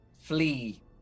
flee